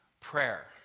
prayer